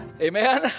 Amen